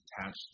attached